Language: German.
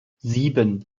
sieben